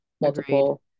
multiple